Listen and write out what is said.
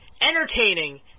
entertaining